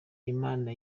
imana